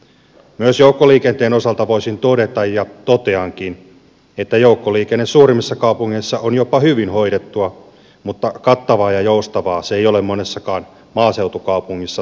myös joukkoliikenteen osalta voisin todeta ja toteankin että joukkoliikenne suurimmissa kaupungeissa on jopa hyvin hoidettua mutta kattavaa ja joustavaa se ei ole monessakaan maaseutukaupungissa tai kunnassa